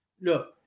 look